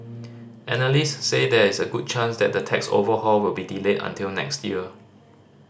analysts say there is a good chance the tax overhaul will be delayed until next year